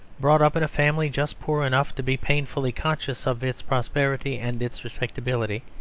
brought up in a family just poor enough to be painfully conscious of its prosperity and its respectability,